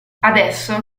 adesso